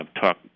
talk